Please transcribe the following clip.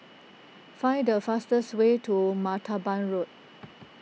find the fastest way to Martaban Road